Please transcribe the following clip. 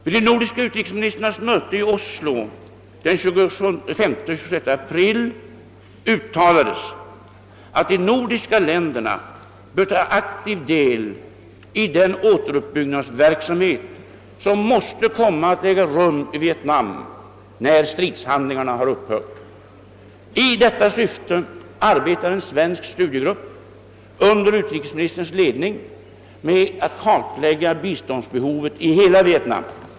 Vid de nordiska utrikesministrarnas möte i Oslo den 25—26 april uttalades att de nordiska länderna bör ta aktiv del i den återuppbyggnadsverksamhet, som måste komma att äga rum i Vietnam när stridshandlingarna har upphört. I detta syfte arbetar en svensk studiegrupp under <utrikesministerns ledning med att kartlägga biståndsbehovet i hela Vietnam.